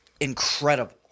Incredible